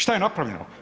Što je napravljeno?